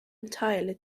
entirely